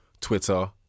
Twitter